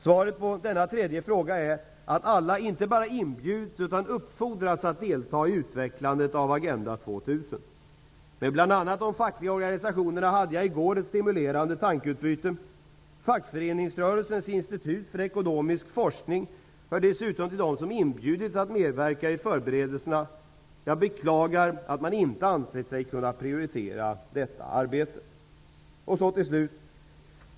Svaret på denna tredje fråga är att alla inte bara inbjuds utan uppfordras att delta i utvecklandet av Agenda 2000. Med bl.a. de fackliga organisationerna hade jag i går ett stimulerande tankeutbyte. Fackföreningsrörelsens institut för ekonomisk forskning hör dessutom till dem som inbjudits att medverka i förberedelserna. Jag beklagar att man inte ansett sig kunna prioritera detta arbete.